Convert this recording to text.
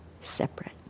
separate